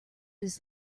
his